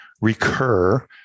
recur